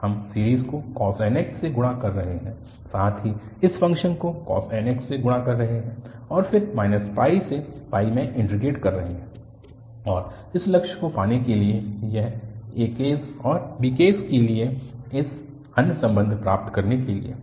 हम सीरीज़ को cos nx से गुणा कर रहे हैं साथ ही हम फ़ंक्शन को cos nx से गुणा कर रहे हैं और फिर से में इन्टीग्रेट कर रहे है और इस लक्ष्य को पाने के लिए अन्य aks और bks के लिए अन्य संबंध प्राप्त करने के लिए